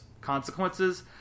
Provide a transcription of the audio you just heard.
consequences